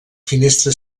finestra